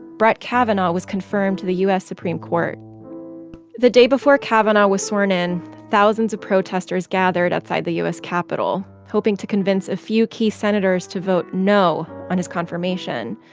brett kavanaugh was confirmed to the u s. supreme court the day before kavanaugh was sworn in, thousands of protesters gathered outside the u s. capitol hoping to convince a few key senators to vote no on his confirmation.